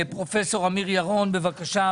פרופ' אמיר ירון, בבקשה.